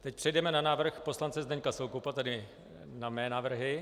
Teď přejdeme na návrh poslance Zdeňka Soukupa, tedy na mé návrhy.